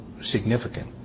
significant